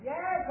Yes